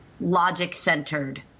logic-centered